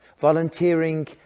volunteering